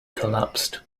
collapsed